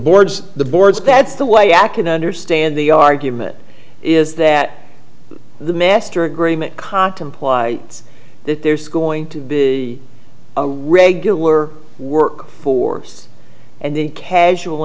board's the board's that's the way back in understand the argument is that the master agreement contemplates that there's going to be a regular work force and the casual